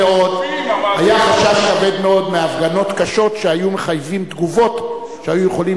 היה חשש כבד מאוד מהפגנות קשות שהיו מחייבות תגובות שהיו יכולות